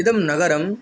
इदं नगरं